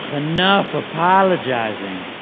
ah enough apologizing.